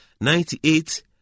ninety-eight